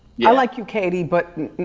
yeah like you, katy, but.